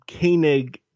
Koenig